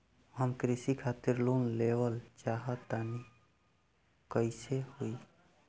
हम कृषि खातिर लोन लेवल चाहऽ तनि कइसे होई?